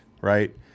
right